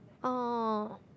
oh